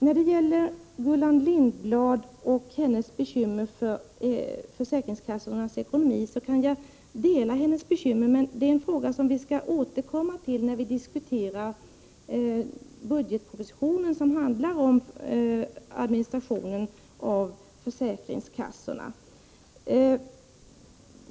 När det gäller Gullan Lindblad och hennes bekymmer för försäkringskassornas ekonomi kan jag dela hennes oro, men det är en fråga som vi skall återkomma till när vi diskuterar budgetpropositionen, som handlar om administrationen av försäkringskassorna.